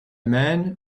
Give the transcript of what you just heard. man